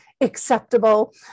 acceptable